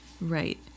Right